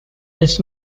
his